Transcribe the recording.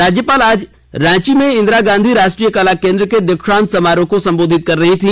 राज्यपाल आज रांची में इंदिरा गांधी राष्ट्रीय कला केंद्र के दीक्षांत समारोह को संबोधित कर रही थी